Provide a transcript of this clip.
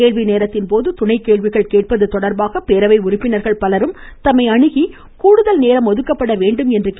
கேள்வி நேரத்தின்போது துணை கேள்விகள் கேட்பது தொடர்பாக பேரவை உறுப்பினர்கள் பலரும் தம்மை அணுகி கூடுதல் நேரம் ஒதுக்கப்பட வேண்டும் என்று கேட்டுக்கொள்வதாக கூறினார்